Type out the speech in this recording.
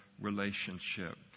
relationship